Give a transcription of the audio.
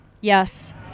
Yes